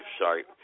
Sorry